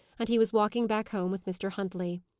and he was walking back home with mr. huntley.